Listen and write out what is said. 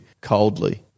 coldly